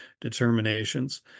determinations